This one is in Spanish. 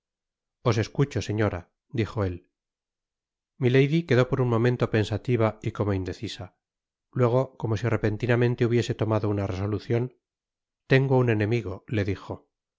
os escucho señora dijo él milady quedó por un momento pensativa y como indecisa luego como si repentinamente hubiese tomado una resolucion tengo un enemigo le dijo